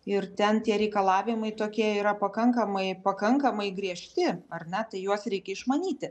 ir ten tie reikalavimai tokie yra pakankamai pakankamai griežti ar ne tai juos reikia išmanyti